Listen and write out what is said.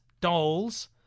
dolls